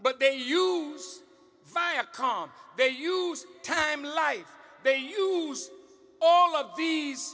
but they use viacom they use time life they use all of these